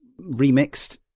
remixed